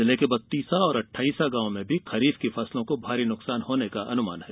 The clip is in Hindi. जिले के बत्तीसा और अटठाइसा गांव में भी खरीफ की फसलों को भारी नुकसान होने का अनुमान है